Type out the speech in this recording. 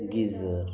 geyser